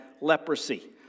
leprosy